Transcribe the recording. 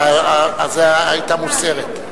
וההסתייגות היתה מוסרת,